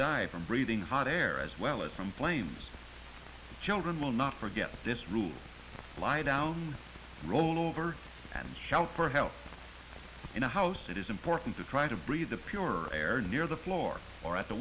die from breathing hot air as well as from planes children will not forget this rule lie down roll over and shout for help in the house it is important to try to breathe the pure air near the floor or at the